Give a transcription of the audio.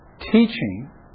teaching